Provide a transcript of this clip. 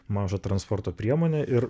mažą transporto priemonę ir